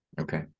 Okay